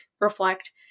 reflect